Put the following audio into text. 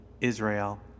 Israel